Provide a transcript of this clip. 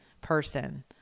person